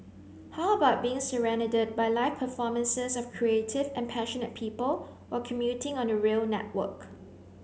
how about being serenaded by live performances of creative and passionate people while commuting on the rail network